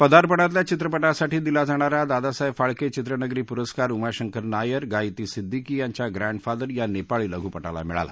पदार्पणातल्या चित्रपटासाठी दिला जाणारा दादासाहेब फाळके चित्रनगरी पुरस्कार उमाशंकर नायर गाइती सिद्दीकी यांच्या प्रस्विफादर या नेपाळी लघुपटाला मिळाला